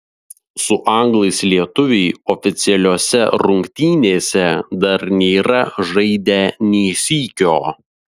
su anglais lietuviai oficialiose rungtynėse dar nėra žaidę nė sykio